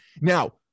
Now